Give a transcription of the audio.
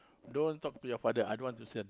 don't talk to your father I don't want to send